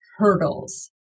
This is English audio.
hurdles